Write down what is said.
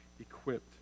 equipped